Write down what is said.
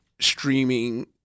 streaming